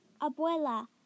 Abuela